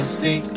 see